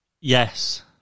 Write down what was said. Yes